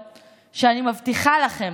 לכם,